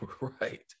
Right